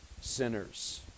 sinners